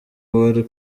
wari